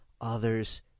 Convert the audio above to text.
others